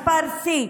מספר שיא.